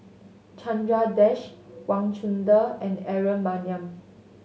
Chandra Das Wang Chunde and Aaron Maniam